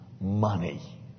money